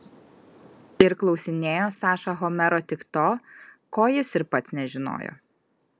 ir klausinėjo saša homero tik to ko jis ir pats nežinojo